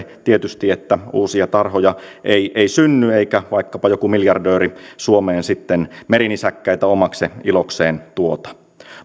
tietysti se että uusia tarhoja ei ei synny eikä vaikkapa joku miljardööri suomeen sitten merinisäkkäitä omaksi ilokseen tuota